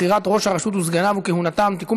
החלטת ועדת החוקה,